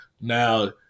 Now